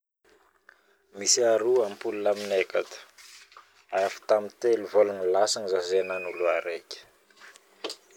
Misy aroa apole aminay akato ary tamin'ny telo volagna lasagna zaho zay nanolo araiky